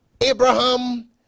Abraham